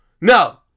No